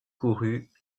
courut